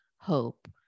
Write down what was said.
hope